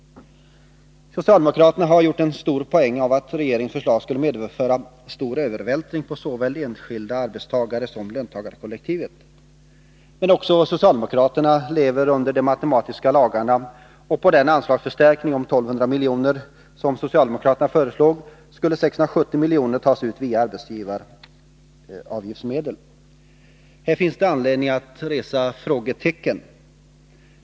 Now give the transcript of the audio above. Socialdemokraterna har gjort en stor poäng av att regeringens förslag skulle medföra en stor övervältring på såväl enskilda arbetstagare som löntagarkollektivet. Men också socialdemokraterna lever under de matematiska lagarna, och av den anslagsförstärkning om 1200 milj.kr. som socialdemokraterna föreslår skulle 670 milj.kr. tas ut via arbetsgivaravgiftsmedel. Här finns det anledning att resa frågetecken.